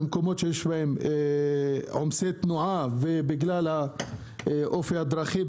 במקומות שיש בהם עומסי תנועה בגלל אופי הדרכים,